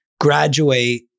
graduate